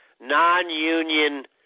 non-union